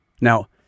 Now